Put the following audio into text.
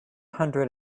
hundred